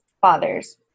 fathers